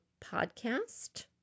podcast